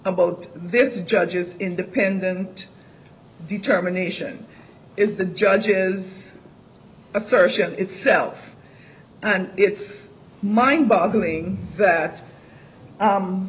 about this judge is independent determination is the judge is assertion itself and it's mind boggling that